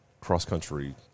cross-country